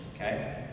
Okay